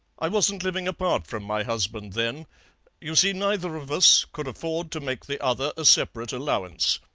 i wasn't living apart from my husband then you see, neither of us could afford to make the other a separate allowance.